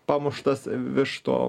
pamuštas virš to